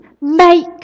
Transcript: make